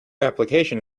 application